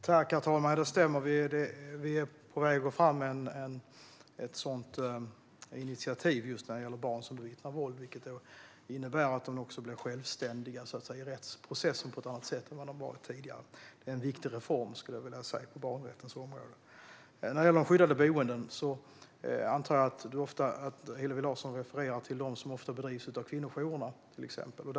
Herr talman! Det stämmer. Vi är på väg att gå fram med ett sådant initiativ just när det gäller barn som bevittnar våld, vilket innebär att de också blir självständiga i rättsprocessen på ett annat sätt än vad de varit tidigare. Det är en viktig reform på barnrättens område. När det gäller skyddade boenden antar jag att Hillevi Larsson refererar till dem som ofta drivs av till exempel kvinnojourerna.